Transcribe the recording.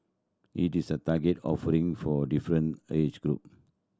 it is a targeted offering for different age group